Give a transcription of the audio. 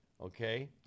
Okay